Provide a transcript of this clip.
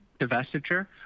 divestiture